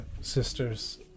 sisters